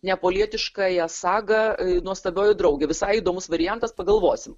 neapolietiškąją sagą nuostabioji draugė visai įdomus variantas pagalvosim